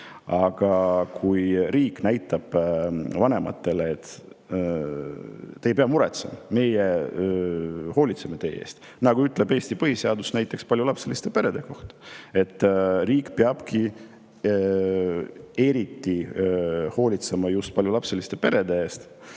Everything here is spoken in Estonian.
et riik kinnitaks vanematele, et te ei pea muretsema, meie hoolitseme teie eest – nii ju ütleb Eesti põhiseadus paljulapseliste perede kohta, riik peabki eriti hoolitsema just paljulapseliste perede eest